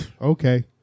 okay